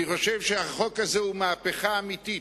אני חושב שהחוק הזה הוא מהפכה אמיתית,